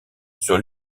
sur